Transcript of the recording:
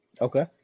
Okay